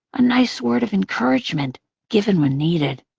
a nice word of encouragement given when needed.